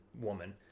woman